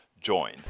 join